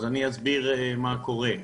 אני אסביר מה קורה: